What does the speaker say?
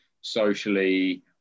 socially